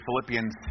Philippians